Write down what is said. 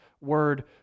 word